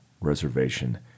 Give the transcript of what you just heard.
reservation